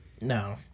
No